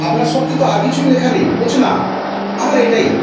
আপনার শর্তে তো আর কিছুই লেখা নেই বলছে না আমার এটাই